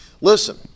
Listen